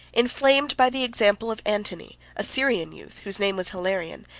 inflamed by the example of antony, a syrian youth, whose name was hilarion,